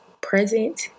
present